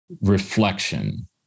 reflection